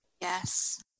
Yes